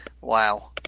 wow